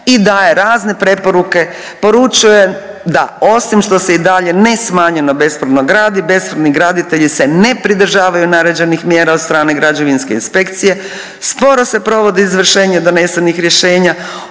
i daje razne preporuke, poručuje da osim što se i dalje nesmanjeno bespravno gradi, bespravni graditelji se ne pridržavaju naređenih mjera od strane građevinske inspekcije, sporo se provodi izvršenje donesenih rješenja,